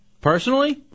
Personally